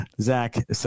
Zach